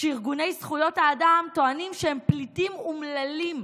שארגוני זכויות האדם טוענים שהם פליטים אומללים,